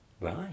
Right